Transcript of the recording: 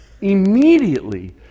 immediately